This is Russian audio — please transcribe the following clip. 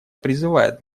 призывает